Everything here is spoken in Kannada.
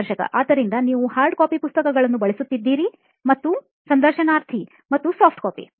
ಸಂದರ್ಶಕ ಆದ್ದರಿಂದ ನೀವು hardcopy ಪುಸ್ತಕಗಳನ್ನು ಬಳಸುತ್ತಿದ್ದೀರಿ ಮತ್ತು ಸಂದರ್ಶನಾರ್ಥಿ ಮತ್ತು soft copy